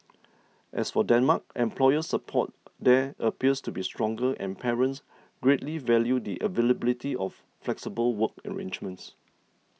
as for Denmark employer support there appears to be stronger and parents greatly value the availability of flexible work arrangements